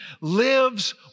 lives